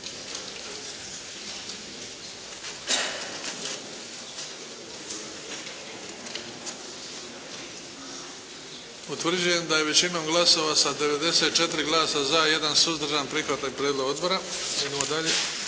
Utvrđujem da je većinom glasova sa 94 glasa i 1 suzdržanim prihvaćen prijedlog odbora.